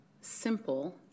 simple